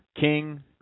King